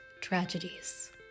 tragedies